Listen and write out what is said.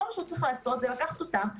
כל מה שהוא צריך לעשות זה לקחת אותם,